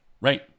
right